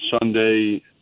Sunday